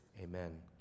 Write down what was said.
Amen